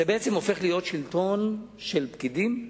זה בעצם הופך להיות שלטון של פקידים,